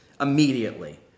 immediately